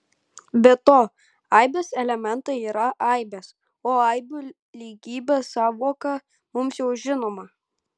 be to aibės elementai yra aibės o aibių lygybės sąvoka mums jau žinoma